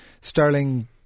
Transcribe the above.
Sterling